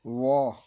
ਵਾਹ